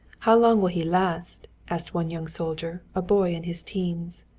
how long will he last? asked one young soldier, a boy in his teens.